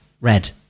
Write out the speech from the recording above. red